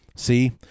See